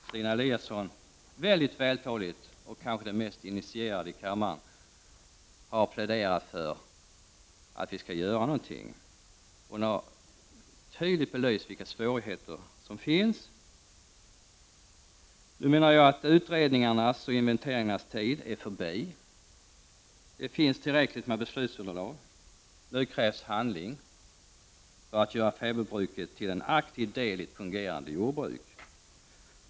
Stina Eliasson, som kanske är den mest initierade i kammaren i detta sammanhang, har pläderat mycket vältaligt för att något skall göras. Hon har tydligt belyst vilka svårigheter som finns. Nu menar jag att utredningarnas och inventeringarnas tid är förbi. Det finns tillräckligt med beslutsunderlag. Nu krävs det handling för att fäbodbruket skall göras till en aktiv del i ett fungerande jordbruk.